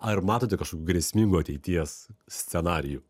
ar matote kažkokių grėsmingų ateities scenarijų